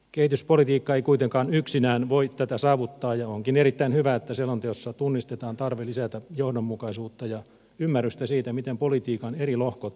kehityspolitiikka ei kuitenkaan yksinään voi tätä saavuttaa ja onkin erittäin hyvä että selonteossa tunnistetaan tarve lisätä johdonmukaisuutta ja ymmärrystä siitä miten politiikan eri lohkot vaikuttavat kehitykseen